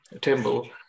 temple